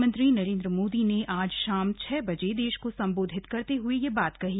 प्रधानमंत्री नरेन्द्र मोदी ने आज शाम छह बजे देश को संबोधित करते हए यह बात कही